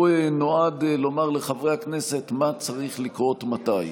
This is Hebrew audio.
הוא נועד לומר לחברי הכנסת מה צריך לקרות מתי.